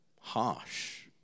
Harsh